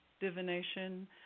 divination